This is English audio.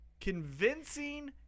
convincing